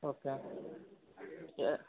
okay ஆ